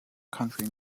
country